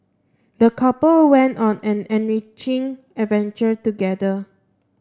the couple went on an enriching adventure together